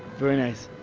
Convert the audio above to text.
very nice.